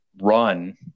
run